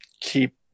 keep